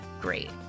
great